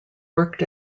worked